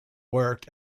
worked